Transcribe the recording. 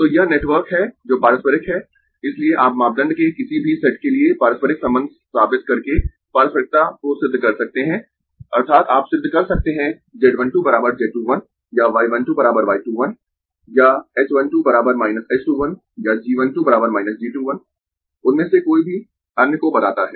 तो यह नेटवर्क है जो पारस्परिक है इसलिए आप मापदंड के किसी भी सेट के लिए पारस्परिक संबंध साबित करके पारस्परिकता को सिद्ध कर सकते है अर्थात् आप सिद्ध कर सकते है z 1 2 z 2 1 या y 1 2 y 2 1 या h 1 2 h 2 1 या g 1 2 g 2 1 उनमें से कोई भी अन्य को बताता है